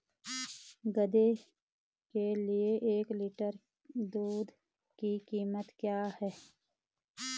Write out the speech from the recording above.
गधे के एक लीटर दूध की कीमत क्या है?